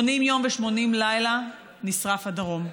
80 יום ו-80 לילה נשרף הדרום.